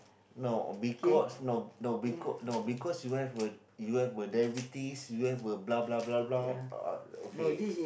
no because no no becau~ no because you have a you have a diabetes you have a blah blah blah blah uh okay